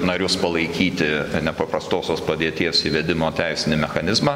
narius palaikyti nepaprastosios padėties įvedimo teisinį mechanizmą